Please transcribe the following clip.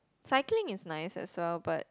cycling is nice as well but